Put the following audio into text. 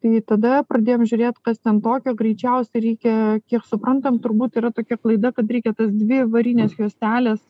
tai tada pradėjom žiūrėt kas ten tokio greičiausia reikia kiek suprantam turbūt yra tokia klaida kad reikia tas dvi varinės juostelės